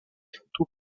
photo